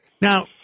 Now